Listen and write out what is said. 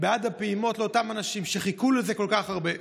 בעד הפעימות לאותם אנשים שחיכו לזה כל כך הרבה.